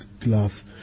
glass